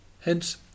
Hence